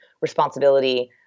responsibility